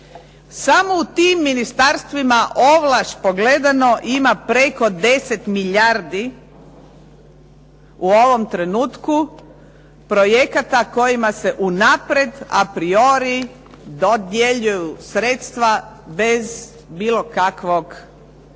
Samo u tim ministarstvima ovlaš pogledano ima preko 10 milijardi u ovom trenutku projekata kojima se unaprijed a priori dodjeljuju sredstva bez bilo kakvih